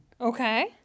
Okay